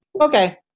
Okay